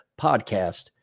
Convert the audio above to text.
Podcast